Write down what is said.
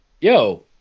yo